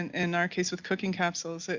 in our case with cooking capsules, ah